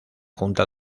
junta